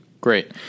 Great